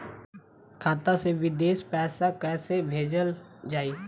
खाता से विदेश पैसा कैसे भेजल जाई?